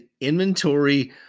inventory